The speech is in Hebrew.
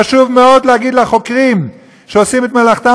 חשוב מאוד להגיד לחוקרים שעושים את מלאכתם